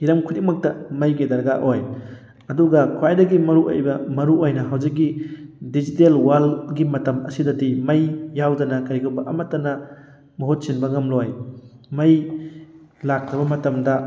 ꯍꯤꯔꯝ ꯈꯨꯗꯤꯡꯃꯛꯇ ꯃꯩꯒꯤ ꯗꯔꯀꯥꯔ ꯑꯣꯏ ꯑꯗꯨꯒ ꯈ꯭ꯋꯥꯏꯗꯒꯤ ꯃꯔꯨꯑꯣꯏꯕ ꯃꯔꯨꯑꯣꯏꯅ ꯍꯧꯖꯤꯛꯀꯤ ꯗꯤꯖꯤꯇꯦꯜ ꯋꯥꯜꯒꯤ ꯃꯇꯝ ꯑꯁꯤꯗꯗꯤ ꯃꯩ ꯌꯥꯎꯗꯅ ꯀꯔꯤꯒꯨꯝꯕ ꯑꯃꯠꯇꯅ ꯃꯍꯨꯠ ꯁꯤꯟꯕ ꯉꯝꯂꯣꯏ ꯃꯩ ꯂꯥꯛꯇꯕ ꯃꯇꯝꯗ